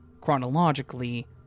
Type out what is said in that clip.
chronologically